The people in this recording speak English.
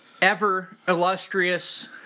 ever-illustrious